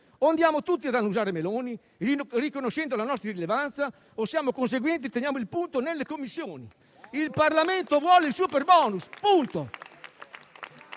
o andiamo tutti ad annusare i meloni, riconoscendo la nostra irrilevanza, o siamo conseguenti e teniamo il punto nelle Commissioni. Il Parlamento vuole il superbouns: punto!